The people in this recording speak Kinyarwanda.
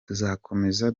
tuzakomeza